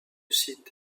site